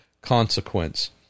consequence